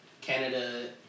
Canada